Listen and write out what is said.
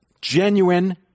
Genuine